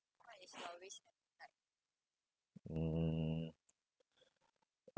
mm